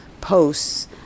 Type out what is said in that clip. posts